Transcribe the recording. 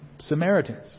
Samaritans